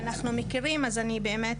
אנחנו מכירים אז אני באמת,